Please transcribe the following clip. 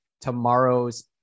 tomorrow's